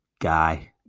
guy